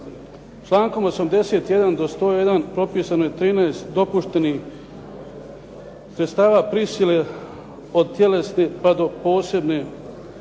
Člankom 81. do 101. propisano je 13 dopuštenih sredstava prisile od tjelesne pa do posebno